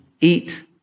eat